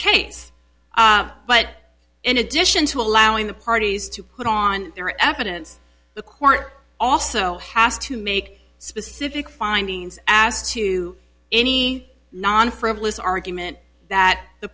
case but in addition to allowing the parties to put on their evidence the court also has to make specific findings as to any non frivolous argument that the